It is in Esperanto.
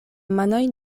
manoj